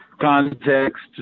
Context